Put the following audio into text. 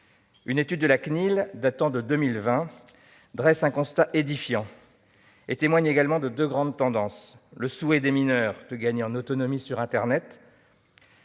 et des libertés (CNIL), datant de 2020, dresse un constat édifiant et témoigne également de deux grandes tendances : le souhait des mineurs de gagner en autonomie sur internet